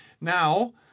Now